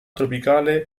tropicale